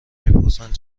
میپرسند